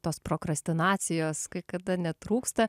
tos prokrastinacijos kai kada netrūksta